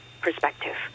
perspective